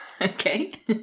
Okay